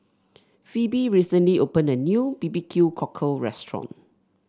Phebe recently opened a new B B Q Cockle restaurant